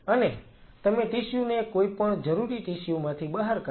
અને તમે ટીસ્યુ ને કોઈપણ જરૂરી ટીસ્યુ માંથી બહાર કાઢો